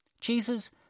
Jesus